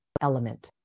element